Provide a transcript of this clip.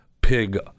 pig